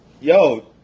yo